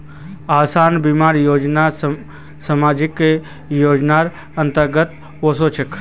आसान बीमा योजना सामाजिक योजनार अंतर्गत ओसे छेक